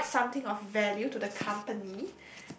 provide something of value to the company